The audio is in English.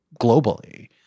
globally